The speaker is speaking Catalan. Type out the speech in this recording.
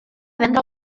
vendre